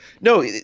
No